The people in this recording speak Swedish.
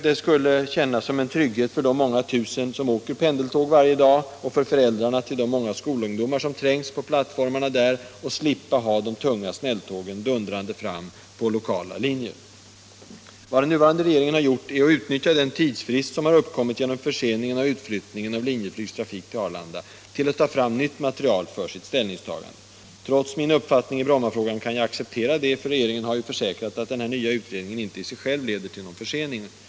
Det skulle kännas som en trygghet för de många tusen som åker pendeltåg varje dag och för föräldrarna till de många skolungdomar som trängs på plattformarna där att slippa ha de tunga snälltågen dundrande fram på lokala linjer. Vad den nuvarande regeringen har gjort är att utnyttja den tidsfrist som har uppkommit genom förseningen av utflyttningen av Linjeflygs trafik till Arlanda till att ta fram nytt material för sitt ställningstagande. Trots min uppfattning i Brommafrågan kan jag acceptera det, för regeringen har ju försäkrat att denna nya utredning inte i sig själv leder till någon försening.